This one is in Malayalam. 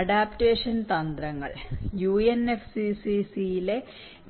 അഡാപ്റ്റേഷൻ തന്ത്രങ്ങൾ UNFCCC